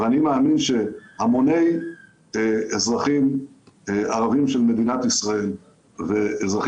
ואני מאמין שהמוני אזרחים ערבים של מדינת ישראל ואזרחים